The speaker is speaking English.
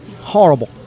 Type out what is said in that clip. Horrible